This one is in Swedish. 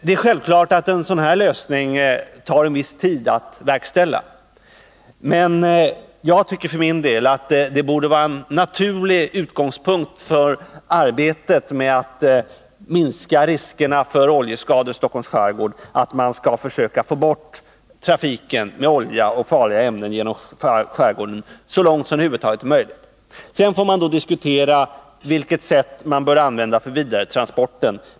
Det är självklart att en sådan lösning av problemet tar en viss tid att verkställa, men jag tycker för min del att man borde ha som en naturlig utgångspunkt för arbetet med att minska riskerna för oljeskador i Stockholms skärgård att försöka minimera trafiken med olja och andra farliga ämnen genom skärgården så långt som det över huvud taget är möjligt. Sedan får man diskutera på vilket sätt man skall genomföra vidaretransporten.